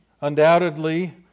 undoubtedly